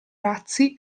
razzi